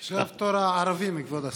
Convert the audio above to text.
עכשיו תור הערבים, כבוד השר.